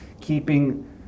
keeping